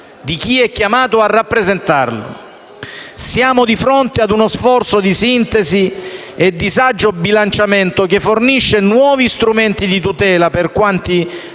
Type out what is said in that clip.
di chi è chiamato a rappresentarlo. Siamo di fronte ad uno sforzo di sintesi e di saggio bilanciamento che fornisce nuovi strumenti di tutela per quanti